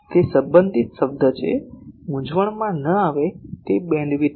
તે સંબંધિત શબ્દ છે મૂંઝવણમાં ન આવે તે બેન્ડવિડ્થ છે